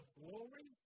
glory